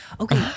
Okay